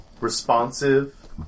responsive